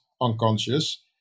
unconscious